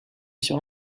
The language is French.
sur